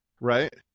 right